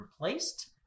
replaced